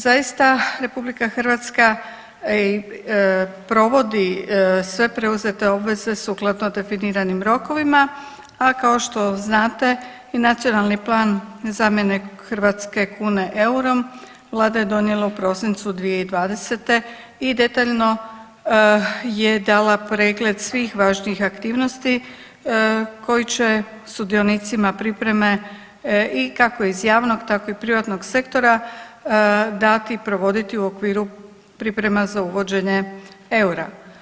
Zaista RH provodi sve preuzete obveze sukladno definiranih rokovima, a kao što znate, i Nacionalni plan zamjene hrvatske kune eurom, Vlada je donijela u prosincu 2020. i detaljno je dala pregled svih važnih aktivnosti koji će sudionicima pripreme, i kako iz javnog, tako i privatnog sektora dati i provoditi u okviru priprema za uvođenje eura.